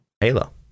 Halo